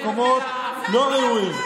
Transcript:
כי אתם חבורה שלוקחת אותנו למקומות לא ראויים.